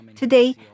Today